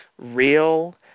real